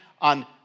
on